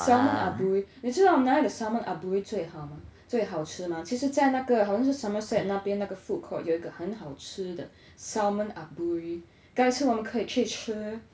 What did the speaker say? salmon aburi 你知道哪里的 salmon aburi 最好吗最好吃吗就是在那个还是 somerset 那边那个 foodcourt 有一个很好吃的 salmon aburi 改次我们可以去吃